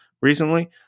recently